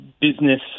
business